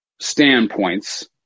standpoints